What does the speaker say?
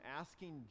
asking